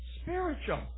spiritual